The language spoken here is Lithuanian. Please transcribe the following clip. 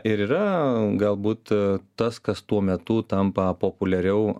ir yra galbūt tas kas tuo metu tampa populiariau